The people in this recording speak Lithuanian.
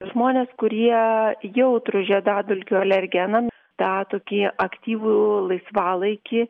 žmonės kurie jautrūs žiedadulkių alergenams tą tokį aktyvų laisvalaikį